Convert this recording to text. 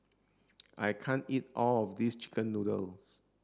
I can't eat all of this chicken noodles